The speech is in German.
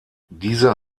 diese